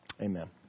Amen